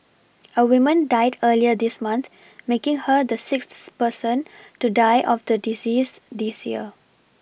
a women died earlier this month making her the sixth person to die of the disease this year